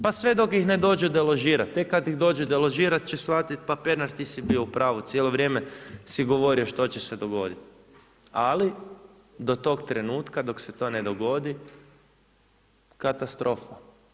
Pa sve dok ih ne dođu deložirati, tek kad ih dođe deložirati će shvatiti pa Pernar ti si bio u pravu, cijelo vrijeme si govorio što će se dogoditi, ali do tog trenutka dok se to ne dogodi, katastrofa.